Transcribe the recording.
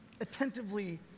attentively